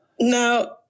Now